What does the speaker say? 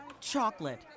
chocolate